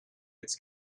its